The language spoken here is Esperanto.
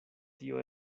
tio